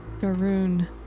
Garoon